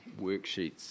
worksheets